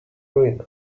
ruin